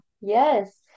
yes